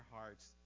hearts